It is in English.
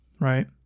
right